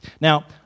Now